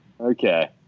okay